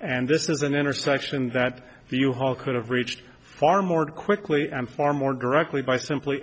and this is an intersection that you haul could have reached far more quickly and far more directly by simply